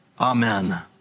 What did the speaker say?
Amen